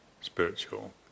spiritual